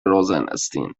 روزناستین